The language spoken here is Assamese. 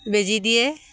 বেজি দিয়ে